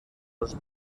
los